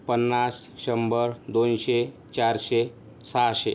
पन्नास शंभर दोनशे चारशे सहाशे